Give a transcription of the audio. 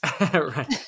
Right